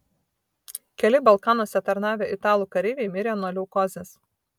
keli balkanuose tarnavę italų kareiviai mirė nuo leukozės